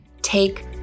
Take